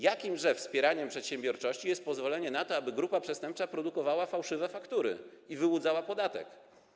Jakim wspieraniem przedsiębiorczości jest pozwolenie na to, aby grupa przestępcza produkowała fałszywe faktury i wyłudzała podatek?